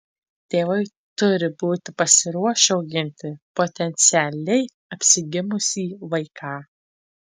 tėvai turi būti pasiruošę auginti potencialiai apsigimusį vaiką